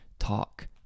talk